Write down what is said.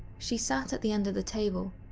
she sat at the end of the table,